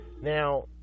Now